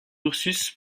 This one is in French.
ursus